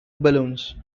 balloons